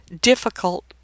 difficult